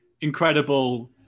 incredible